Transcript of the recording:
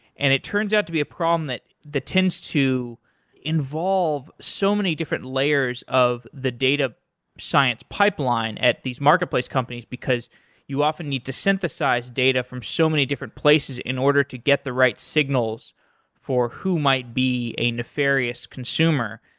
and it turns out to be a problem that tends to involve so many different layers of the data science pipeline at these marketplace companies because you often need to synthesize data from so many different places in order to get the right signals for who might be a nefarious consumer.